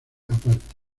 aparte